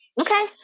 Okay